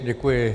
Děkuji.